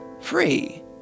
free